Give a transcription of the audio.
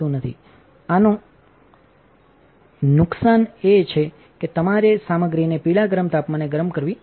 આનો નુકસાન એ છે કે તમારે સામગ્રીને પીળા ગરમ તાપમાને ગરમ કરવી પડશે